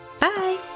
Bye